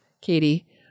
Katie